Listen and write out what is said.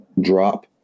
drop